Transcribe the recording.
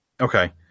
okay